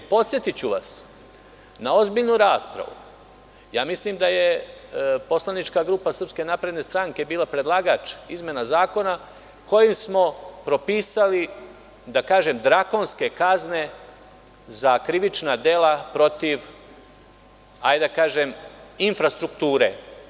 Podsetiću vas na ozbiljnu raspravu, mislim da je poslanička grupa Srpske napredne stranke bila predlagač izmena Zakona kojim smo propisali, da kažem, drakonske kazne za krivična dela protiv, hajde da kažem, infrastrukture.